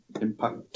impact